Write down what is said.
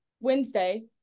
Wednesday